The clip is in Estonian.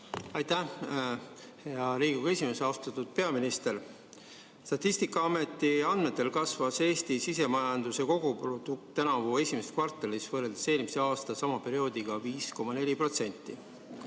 Aitäh, hea Riigikogu esimees! Austatud peaminister! Statistikaameti andmetel kasvas Eesti sisemajanduse koguprodukt tänavu esimeses kvartalis võrreldes eelmise aasta sama perioodiga 5,4%.